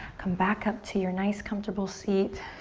come back up to your nice comfortable seat.